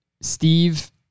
steve